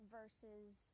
versus